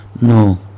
no